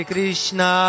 Krishna